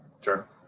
sure